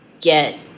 get